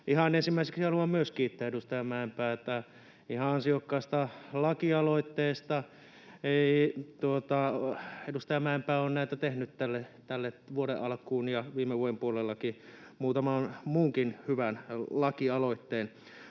ihan ensimmäiseksi haluan myös kiittää edustaja Mäenpäätä ihan ansiokkaasta lakialoitteesta. Edustaja Mäenpää on näitä tehnyt tähän vuoden alkuun, ja viime vuoden puolellakin muutaman muunkin hyvän lakialoitteen.